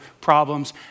problems